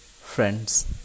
friends